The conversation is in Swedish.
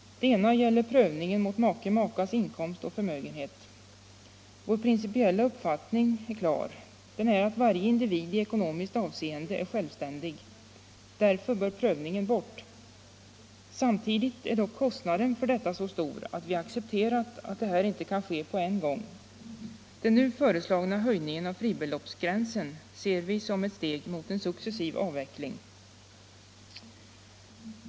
Den ena gäller prövningen mot makes/makas inkomst och förmögenhet. Vår principiella uppfattning är att varje individ i ekonomiskt avseende är självständig. Därför bör prövningen bort. Samtidigt är dock kostnaden så stor, att vi accepterar att detta inte kan ske på en gång. Den nu föreslagna höjningen av fribeloppsgränsen ser vi som ett steg mot en successiv avveckling.